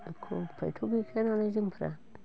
एख' उफायथ' गैखायानालाय जोंफ्रा